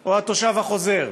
או התושב החוזר,